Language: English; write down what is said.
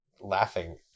laughing